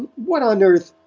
what on earth?